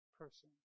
person